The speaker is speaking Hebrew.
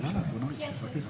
ברוכה הבאה.